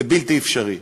זה בלתי אפשרי.